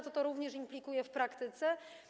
Co to również implikuje w praktyce?